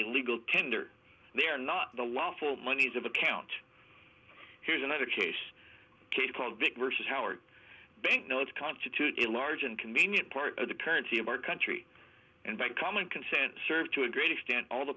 a legal tender they are not the lawful monies of account here's another case kate called big versus howard banknotes constitute a large and convenient part of the currency of our country and by common consent serve to a great extent all the